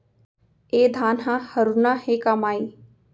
ए धान ह हरूना हे के माई?